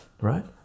right